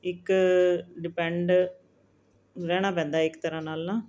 ਇੱਕ ਡਿਪੈਂਡ ਰਹਿਣਾ ਪੈਂਦਾ ਹੈ ਇੱਕ ਤਰ੍ਹਾਂ ਨਾਲ ਨਾ